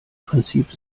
prinzip